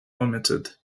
omitted